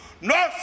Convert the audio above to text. no